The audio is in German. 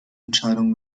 entscheidung